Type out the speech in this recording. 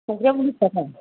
संख्रियाबो बिसथाखा